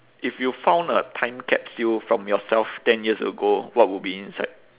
if you found a time capsule from yourself ten years ago what would be inside